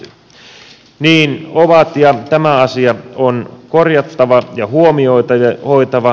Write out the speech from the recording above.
niin ovat ja tämä asia on korjattava ja huomioitava